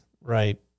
right